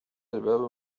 الباب